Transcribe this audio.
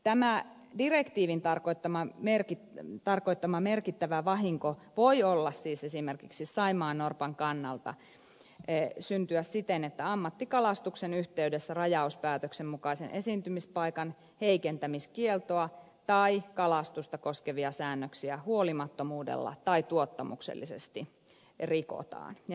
tämä direktiivin tarkoittama merkittävä vahinko voi esimerkiksi saimaannorpan kannalta syntyä siten että ammattikalastuksen yhteydessä rajauspäätöksen mukaisen esiintymispaikan heikentämiskieltoa tai kalastusta koskevia säännöksiä huolimattomuudella tai tuottamuksellisesti rikotaan